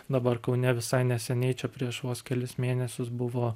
dabar kaune visai neseniai čia prieš vos kelis mėnesius buvo